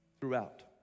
throughout